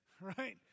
Right